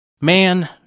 Man